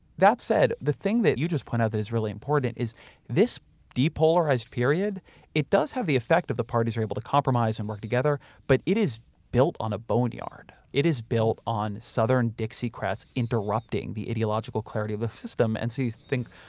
that said, the thing that you just pointed out that is really important is this depolarized period does have the effect of the parties are able to compromise and work together, but it is built on a bone yard. it is built on southern dixiecrats interrupting the ideological clarity of a system. and so you think,